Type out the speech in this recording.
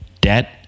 Debt